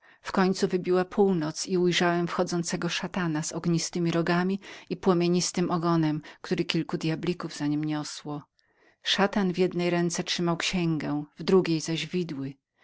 wtem północ wybiła i ujrzałem wchodzącego szatana z ognistemi rogami i płomienistym ogonem który kilku djablików niosło za nim szatan w jednej ręce trzymał księgę w drugiej zaś widły